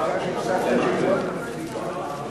שאמה, חברים,